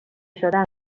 شدن